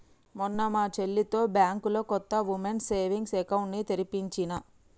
మొన్న మా చెల్లితో బ్యాంకులో కొత్త వుమెన్స్ సేవింగ్స్ అకౌంట్ ని తెరిపించినా